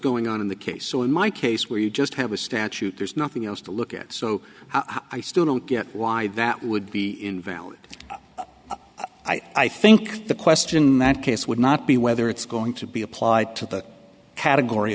going on in the case so in my case where you just have a statute there's nothing else to look at so i still don't get why that would be invalid i think the question that case would not be whether it's going to be applied to the category